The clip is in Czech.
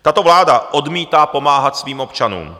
Tato vláda odmítá pomáhat svým občanům.